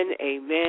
amen